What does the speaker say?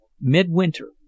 midwinter